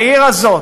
לעיר הזאת,